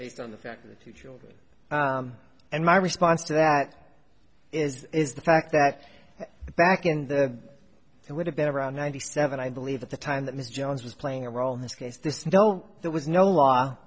based on the fact that the children and my response to that is is the fact that back in the it would have been around ninety seven i believe at the time that ms jones was playing a role in this case there's no there was no law